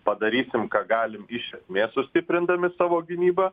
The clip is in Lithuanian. padarysim ką galim iš esmės sustiprindami savo gynybą